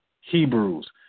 Hebrews